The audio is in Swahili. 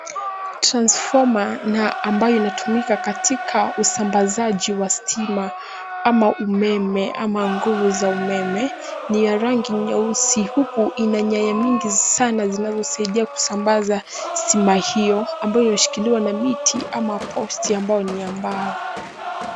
Transfoma na ambayo inatumika katika usambazaji wa stima ama umeme, ama nguvu za umeme, ni ya rangi nyeusi, huku ina nyaya nyingi sana zinazosaidia kusambaza stima hiyo ambayo imeshikiliwa na miti ama posti ya ambayo ni ya mbao.